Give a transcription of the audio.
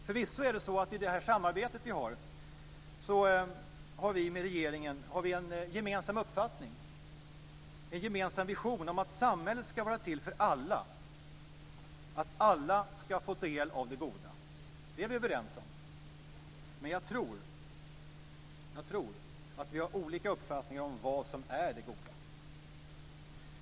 Förvisso är det så att i det samarbete vi har med regeringen har vi en gemensam uppfattning, en gemensam vision, om att samhället ska vara till för alla och att alla ska få del av det goda. Det är vi överens om. Men jag tror att vi har olika uppfattningar om vad som är det goda.